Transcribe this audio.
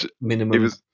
minimum